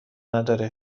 نداره